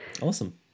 Awesome